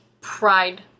Pride